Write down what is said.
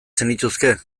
zenituzke